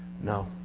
No